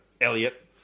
Elliot